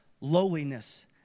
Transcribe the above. Lowliness